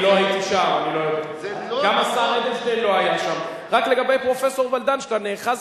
איך חיילי צה"ל יורים בילד שאביו מנסה לגונן עליו בגופו עד שהילד נהרג,